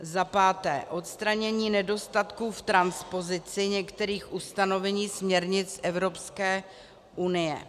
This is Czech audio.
Zapáté odstranění nedostatků v transpozici některých ustanovení směrnic Evropské unie.